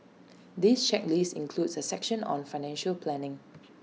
this checklist includes A section on financial planning